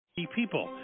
people